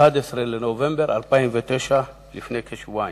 11 בנובמבר 2009, לפני כשבועיים.